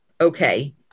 okay